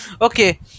Okay